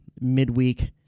midweek